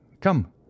come